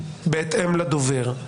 בהתאם לדובר.